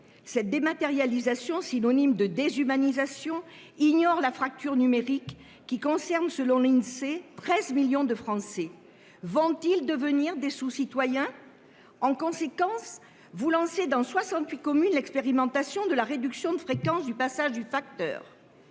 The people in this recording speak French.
cette dématérialisation synonyme de déshumanisation ignore la fracture numérique, qui concerne selon l'Insee, 13 millions de Français vont-ils devenir des sous-citoyens. En conséquence, vous lancer dans 68 communes, l'expérimentation de la réduction de fréquence du passage du facteur.